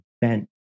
bent